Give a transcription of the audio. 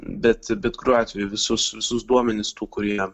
bet bet kuriuo atveju visus visus duomenis tų kurie